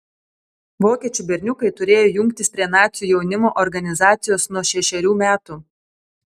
vokiečių berniukai turėjo jungtis prie nacių jaunimo organizacijos nuo šešerių metų